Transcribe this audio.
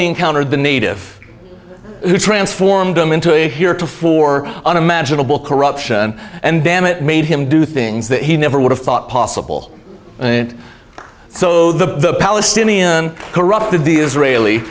he encountered the native who transformed him into a here to for unimaginable corruption and damn it made him do things that he never would have thought possible and so the palestinian corrupted the israeli